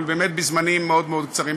אבל באמת בזמנים מאוד מאוד קצרים.